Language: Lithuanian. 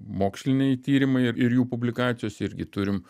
moksliniai tyrimai ir ir jų publikacijos irgi turim